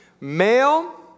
Male